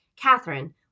Catherine